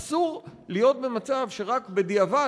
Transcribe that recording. אסור להיות במצב שרק בדיעבד,